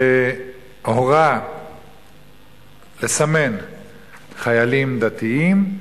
שהורה לסמן חיילים דתיים,